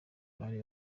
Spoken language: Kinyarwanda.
bari